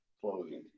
clothing